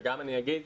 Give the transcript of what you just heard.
וגם אני אגיד